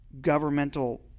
governmental